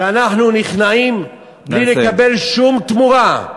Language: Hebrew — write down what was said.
שאנחנו נכנעים בלי לקבל שום תמורה.